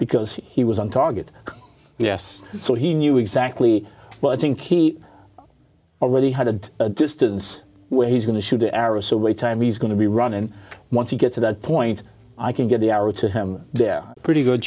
because he was on target yes so he knew exactly what i think he already had a distance where he's going to shoot the arrow so wait time is going to be run and once you get to that point i can get the hour to him they're pretty good